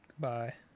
Goodbye